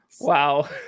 wow